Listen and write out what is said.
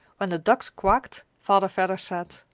when the ducks quacked, father vedder said,